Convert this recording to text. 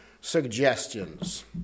suggestions